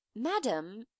Madam